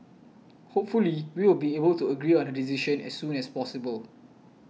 hopefully we will be able to agree on a decision as soon as possible